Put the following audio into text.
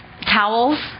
towels